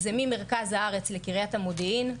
זה ממרכז הארץ לקריית המודיעין,